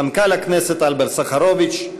מנכ"ל הכנסת אלברט סחרוביץ,